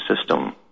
system